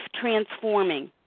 transforming